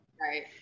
Right